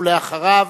ואחריו,